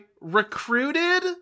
recruited